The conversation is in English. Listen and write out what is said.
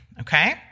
okay